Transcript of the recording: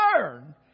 learn